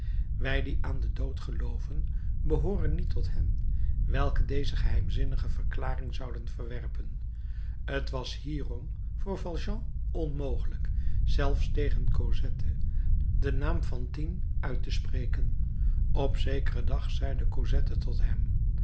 wij die aan den dood gelooven behooren niet tot hen welke deze geheimzinnige verklaring zouden verwerpen t was hierom voor valjean onmogelijk zelfs tegen cosette den naam fantine uit te spreken op zekeren dag zeide cosette tot hem